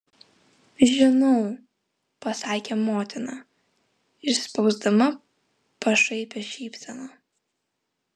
žinau pasakė motina išspausdama pašaipią šypseną